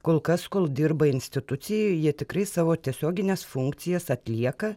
kol kas kol dirba institucijoj jie tikrai savo tiesiogines funkcijas atlieka